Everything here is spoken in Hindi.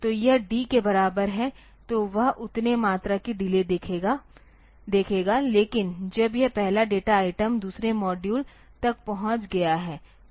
तो यह D के बराबर है तो वह उतने मात्रा की डिले देखेगा लेकिन जब यह पहला डेटा आइटम दूसरे मॉड्यूल तक पहुंच गया है